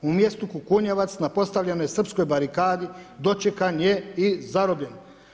U mjestu Kukunjevac na postavljenoj srpskoj barikadi dočekan je i zarobljen.